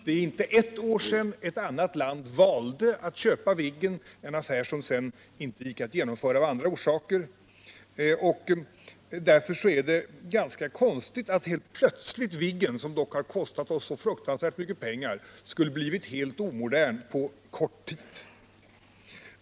Det är inte ett år sedan ett annat land valde att köpa Viggen —en affär som sedan inte gick att genomföra av andra orsaker. Därför är det ganska konstigt att helt plötsligt Viggen — som dock har kostat oss så fruktansvärt mycket pengar — skulle ha blivit helt omodern på kort tid.